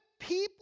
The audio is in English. people